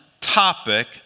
topic